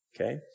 Okay